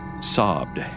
sobbed